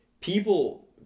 People